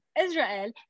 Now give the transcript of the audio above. Israel